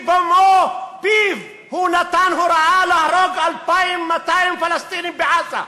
כשבמו-פיו הוא נתן הוראה להרוג 2,200 פלסטינים בעזה?